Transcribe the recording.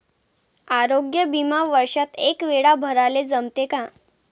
आरोग्य बिमा वर्षात एकवेळा भराले जमते का?